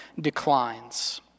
declines